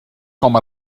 com